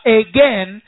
again